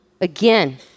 again